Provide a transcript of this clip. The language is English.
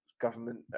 government